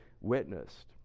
witnessed